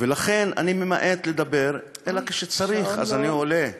ולכן אני ממעט לדבר, ורק כשצריך אני עולה לדוכן,